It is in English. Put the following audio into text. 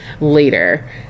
later